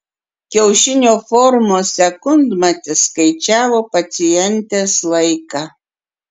kiaušinio formos sekundmatis skaičiavo pacientės laiką